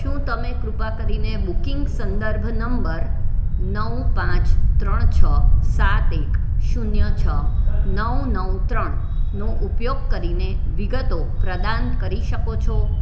શું તમે કૃપા કરીને બુકિંગ સંદર્ભ નંબર નવ પાંચ ત્રણ છ સાત એક શૂન્ય છ નવ નવ ત્રણ નો ઉપયોગ કરીને વિગતો પ્રદાન કરી શકો છો